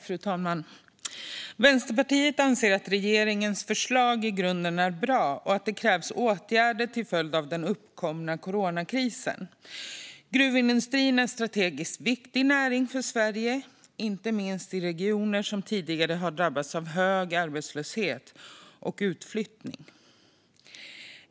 Fru talman! Vänsterpartiet anser att regeringens förslag i grunden är bra och att det krävs åtgärder till följd av den uppkomna coronakrisen. Gruvindustrin är en strategiskt viktig näring för Sverige, inte minst i regioner som tidigare har drabbats av hög arbetslöshet och utflyttning.